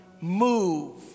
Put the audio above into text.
move